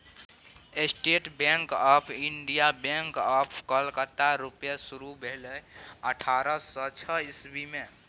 state bank of India, bank of Calcutta रुपे शुरु भेलै अठारह सय छअ इस्बी मे